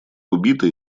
убиты